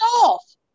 off